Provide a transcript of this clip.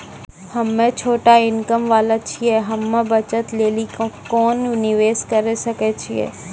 हम्मय छोटा इनकम वाला छियै, हम्मय बचत लेली कोंन निवेश करें सकय छियै?